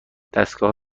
دستگاه